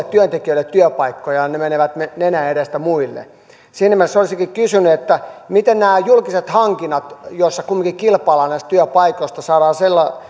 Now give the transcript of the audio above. työntekijöille työpaikkoja ne menevät nenän edestä muille siinä mielessä olisinkin kysynyt miten nämä julkiset hankinnat joissa kumminkin kilpaillaan näistä työpaikoista saadaan sillä